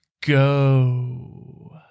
go